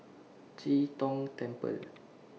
Chee Tong Temple